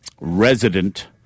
resident